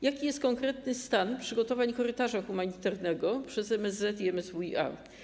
Jaki jest konkretny stan przygotowań korytarza humanitarnego przez MSZ i MSWiA?